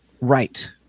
Right